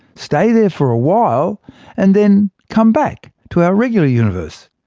stay there for a while and then come back to our regular universe.